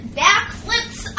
backflips